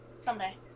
Someday